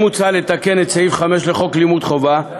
עוד מוצע לתקן את סעיף 5 לחוק לימוד חובה,